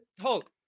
hold